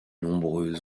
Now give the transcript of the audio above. nombreux